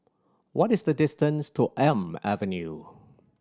what is the distance to Elm Avenue